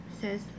says